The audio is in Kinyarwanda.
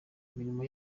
imirimo